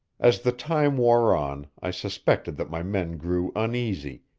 as the time wore on i suspected that my men grew uneasy,